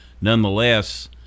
nonetheless